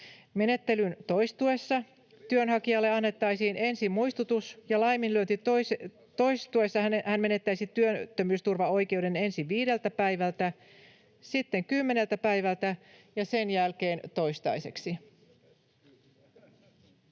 Menettelyn toistuessa työnhakijalle annettaisiin ensin muistutus ja laiminlyönnin toistuessa hän menettäisi työttömyysturvaoikeuden ensin 5 päivältä, sitten 10 päivältä ja sen jälkeen toistaiseksi.